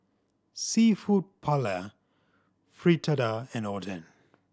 Seafood Paella Fritada and Oden